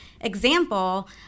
example